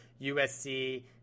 USC –